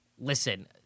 Listen